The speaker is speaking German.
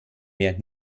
mehr